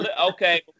okay